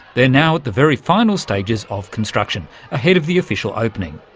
they're now at the very final stages of construction ahead of the official opening.